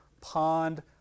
pond